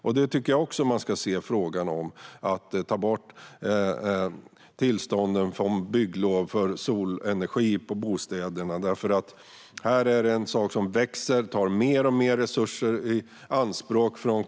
Jag tycker också att man ska se på frågan om att ta bort kravet på bygglov för solenergi när det gäller bostäder. Detta är en sak som växer och som tar mer och mer av kommunernas resurser i anspråk.